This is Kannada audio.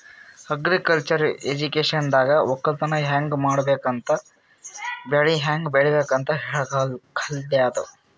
ಅಗ್ರಿಕಲ್ಚರ್ ಎಜುಕೇಶನ್ದಾಗ್ ವಕ್ಕಲತನ್ ಹ್ಯಾಂಗ್ ಮಾಡ್ಬೇಕ್ ಬೆಳಿ ಹ್ಯಾಂಗ್ ಬೆಳಿಬೇಕ್ ಅಂತ್ ಕಲ್ಯಾದು